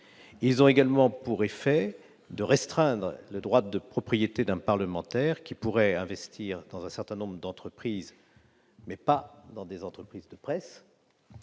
aurait également pour effet de restreindre le droit de propriété des parlementaires, qui pourraient investir dans un certain nombre d'entreprises, mais pas dans des entreprises de presse,